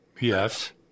Yes